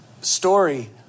story